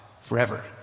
forever